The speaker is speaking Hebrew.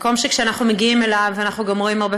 מקום שכשאנחנו מגיעים אליו אנחנו גם רואים הרבה